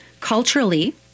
culturally